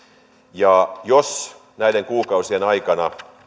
ja jos näiden kuukausien aikana